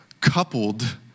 coupled